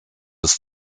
des